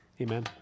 Amen